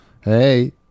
Hey